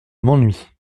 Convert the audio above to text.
m’ennuie